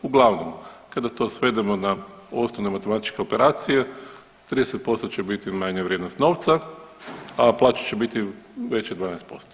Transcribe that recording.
Uglavnom kada to svedemo na osnovne matematičke operacije 30% će biti manja vrijednost novca, a plaće će biti veće 12%